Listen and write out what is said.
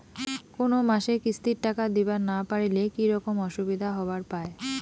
কোনো মাসে কিস্তির টাকা দিবার না পারিলে কি রকম অসুবিধা হবার পায়?